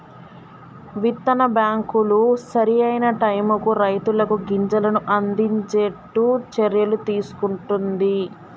విత్తన బ్యాంకులు సరి అయిన టైముకు రైతులకు గింజలను అందిచేట్టు చర్యలు తీసుకుంటున్ది